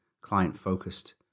client-focused